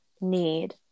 Need